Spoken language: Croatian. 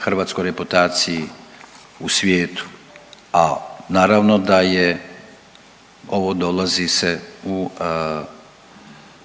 hrvatskoj reputaciji u svijetu, a naravno da je ovo dolazi se u